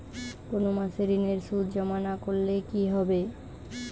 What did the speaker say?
কোনো মাসে ঋণের সুদ জমা না করলে কি হবে?